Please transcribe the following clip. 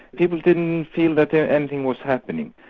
people didn't feel that anything was happening.